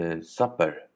supper